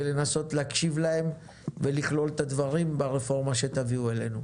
לנסות להקשיב להם ולכלול את הדברים ברפורמה שתביאו אלינו.